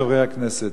חברי הכנסת,